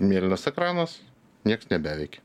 mėlynas ekranas nieks nebeveikia